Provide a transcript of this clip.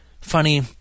Funny